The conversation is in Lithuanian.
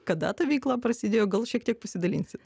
kada ta veikla prasidėjo gal šiek tiek pasidalinsit